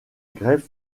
grève